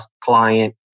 client